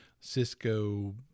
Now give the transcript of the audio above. cisco